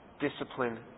Discipline